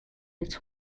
its